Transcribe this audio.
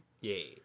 Yay